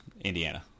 Indiana